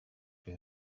үһү